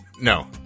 No